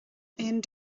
aon